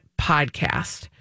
podcast